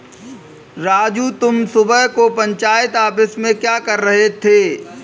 राजू तुम सुबह को पंचायत ऑफिस में क्या कर रहे थे?